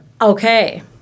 Okay